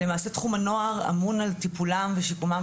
למעשה תחום הנוער אמון על טיפולם ושיקומם